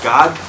God